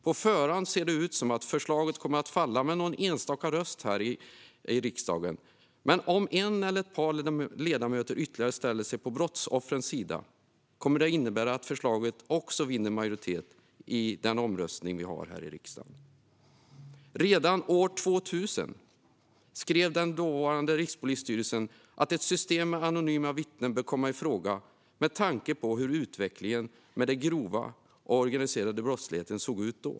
På förhand ser det ut som att förslaget kommer att falla med någon enstaka röst i dagens omröstning, men om ytterligare en eller ett par ledamöter ställer sig på brottsoffrens sida kommer det att innebära att förslaget vinner majoritet också här i riksdagen. Redan år 2000 skrev den dåvarande Rikspolisstyrelsen att ett system med anonyma vittnen bör komma i fråga med tanke på hur utvecklingen av den grova organiserade brottsligheten såg ut då.